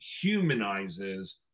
humanizes